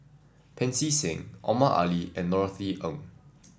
Pancy Seng Omar Ali and Norothy Ng